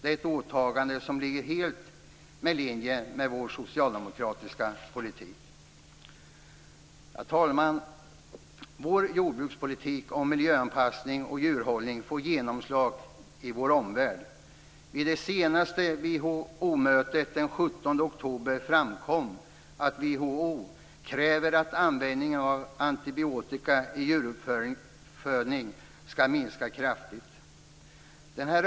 Det är ett åtagande som ligger helt i linje med vår socialdemokratiska politik. Herr talman! Vår jordbrukspolitik när det gäller miljöanpassning och djurhållning får genomslag i vår omvärld. Vid det senaste WHO-mötet den 17 oktober framkom att WHO kräver att användningen av antibiotika vid djuruppfödning kraftigt skall minskas.